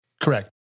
Correct